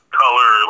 color